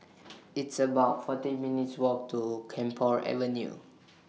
It's about forty minutes' Walk to Camphor Avenue